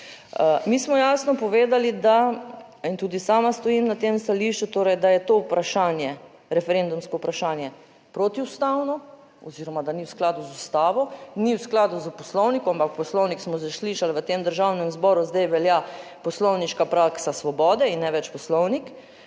Mi smo jasno povedali, da, in tudi sama stojim na tem stališču, torej da je to vprašanje, referendumsko vprašanje protiustavno oziroma da ni v skladu z Ustavo, ni v skladu s Poslovnikom. Ampak poslovnik, smo že slišali, v tem Državnem zboru zdaj velja poslovniška praksa Svobode in ne več poslovnik,